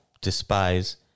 despise